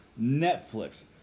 Netflix